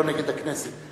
לא נגד הכנסת.